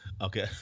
Okay